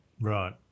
Right